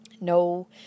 No